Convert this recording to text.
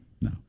No